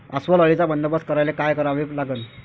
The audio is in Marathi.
अस्वल अळीचा बंदोबस्त करायले काय करावे लागन?